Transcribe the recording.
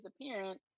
appearance